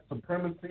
supremacy